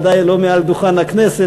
ודאי לא על דוכן הכנסת.